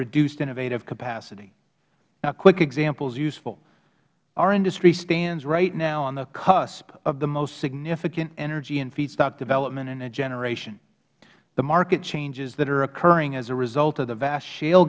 reduced innovative capacity now a quick example is useful our industry stands right now on the cusp of the most significant energy and feedstock development in a generation the market changes that are occurring as a result of the vast sh